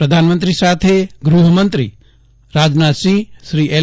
પ્રધાનમંત્રી સાથે ગ્રહમંત્રી રાજનાથસિંહ શ્રી એલ